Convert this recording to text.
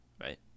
right